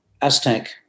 Aztec